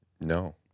No